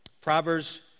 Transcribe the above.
Proverbs